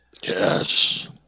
Yes